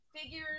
figures